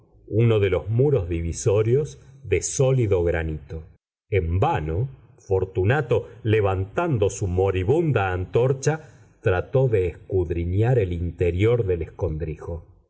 uno de los muros divisorios de sólido granito en vano fortunato levantando su moribunda antorcha trató de escudriñar el interior del